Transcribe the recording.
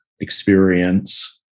experience